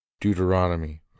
Deuteronomy